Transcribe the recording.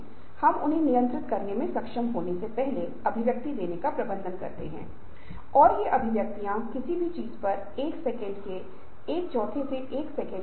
और प्रतिरोध से निपटने के संभावित तरीके यह है कि आप कर्मचारियों को शिक्षित कर सकते हैं कर्मचारियों के साथ स्वतंत्र और खुला संचार होगा उनके साथ बैठक होगी